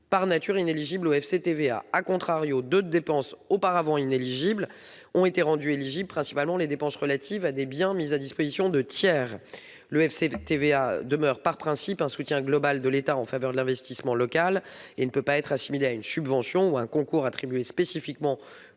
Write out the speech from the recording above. par nature inéligibles au FCTVA., d'autres dépenses auparavant inéligibles ont été rendues éligibles, principalement les dépenses relatives à des biens mis à disposition de tiers. Je rappelle que ce fonds demeure, par principe, un soutien global de l'État en faveur de l'investissement local et ne peut être assimilé à une subvention ou à un concours attribué spécifiquement